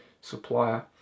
supplier